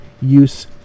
use